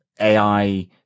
AI